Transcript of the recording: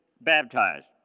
baptized